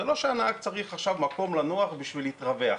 זה לא שהנהג צריך עכשיו מקום לנוח בשביל להתרווח,